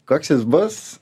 koks jis bus